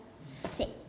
six